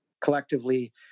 collectively